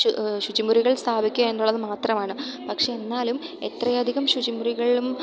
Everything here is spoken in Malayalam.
ശു ശുചിമുറികൾ സ്ഥാപിക്കുക എന്നുള്ളത് മാത്രമാണ് പക്ഷേ എന്നാലും എത്ര അധികം ശുചിമുറികളും